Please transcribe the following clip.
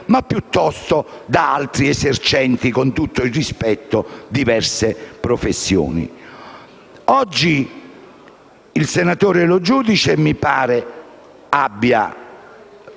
ma piuttosto da altri esercenti, con tutto il rispetto per le diverse professioni. Oggi, il senatore Lo Giudice mi pare abbia